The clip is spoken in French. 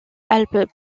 alpes